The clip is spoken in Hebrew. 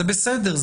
זה בסדר,